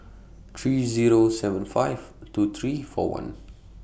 three Zero seven five two three four one